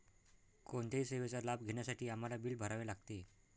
कोणत्याही सेवेचा लाभ घेण्यासाठी आम्हाला बिल भरावे लागते